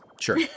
Sure